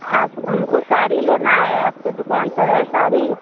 आप हमको साड़ी लेना है आपके दुकान पर है साड़ी